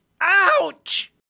ouch